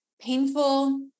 painful